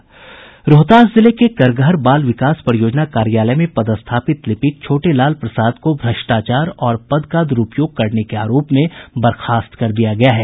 रोहतास जिले के करगहर बाल विकास परियोजना कार्यालय में पदस्थापित लिपिक छोटे लाल प्रसाद को भ्रष्टाचार और पद का दुरूपयोग करने के आरोप में बर्खास्त कर दिया गया है